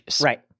Right